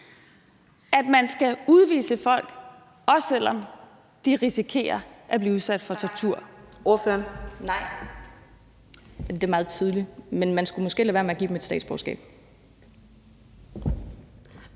at man skal udvise folk, også selv om de risikerer at blive udsat for tortur?